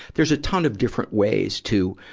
there's a ton of different ways to,